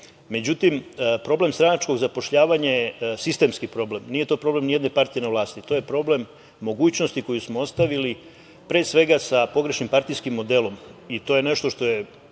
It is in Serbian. problem stranačkog zapošljavanja je sistemski problem. Nije to problem nijedne partije na vlasti. To je problem mogućnosti koju smo ostavili pre svega sa pogrešnim partijskim modelom i to je nešto što je